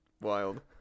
wild